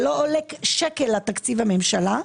זה לא עולה שקל לתקציב הממשלה.